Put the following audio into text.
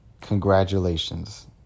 Congratulations